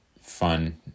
fun